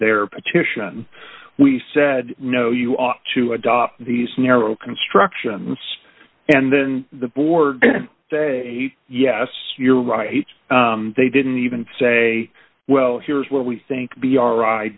their petition we said no you ought to adopt these narrow constructions and then the borg say yes you're right they didn't even say well here's what we think b r